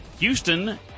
Houston